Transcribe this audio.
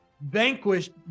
vanquished